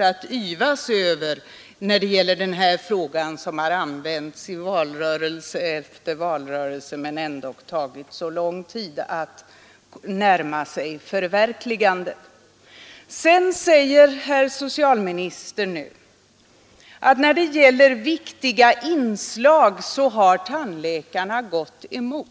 att yvas över när det gäller den här frågan, som har använts i valrörelse efter valrörelse men ändock behövt så lång tid att närma sig förverkligandet. Herr socialministern säger nu att när det gäller viktiga inslag har tandläkarna gått emot reformen.